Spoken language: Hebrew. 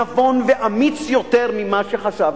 נבון ואמיץ יותר ממה שחשבת.